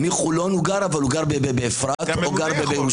עובד בחולון וגר באפרת או בירושלים.